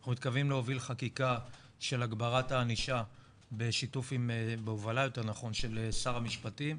אנחנו מתכוונים להוביל חקיקה של הגברת הענישה בהובלה של שר המשפטים,